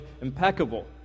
impeccable